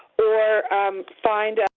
or find